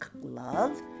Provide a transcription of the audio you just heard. love